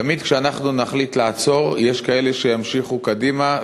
תמיד כשאנחנו נחליט לעצור יש כאלה שימשיכו קדימה,